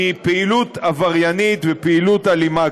מפעילות עבריינית ופעילות אלימה.